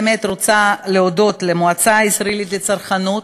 באמת רוצה להודות למועצה הישראלית לצרכנות,